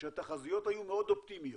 כשהתחזיות היו מאוד אופטימיות.